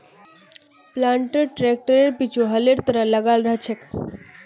planter ट्रैक्टरेर पीछु हलेर तरह लगाल रह छेक